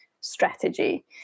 strategy